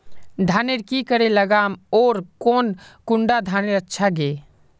धानेर की करे लगाम ओर कौन कुंडा धानेर अच्छा गे?